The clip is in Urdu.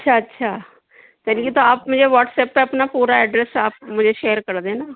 اچھا اچھا چلیے تو آپ مجھے واٹس ایپ پہ اپنا پورا ایڈریس آپ مجھے شیئر کر دینا